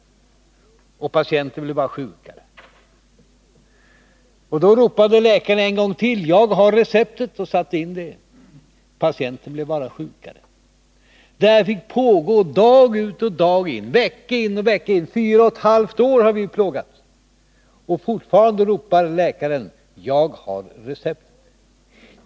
Men patienten blev bara sjukare. Då ropade läkaren en gång till: Jag har receptet! Sedan tillämpades det. Men patienten blev bara sjukare. Det här fick pågå dag ut och dag in, vecka ut och vecka in — i fyra och ett halvt år har vi nu plågats— och fortfarande ropar läkaren: Jag har receptet!